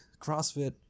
CrossFit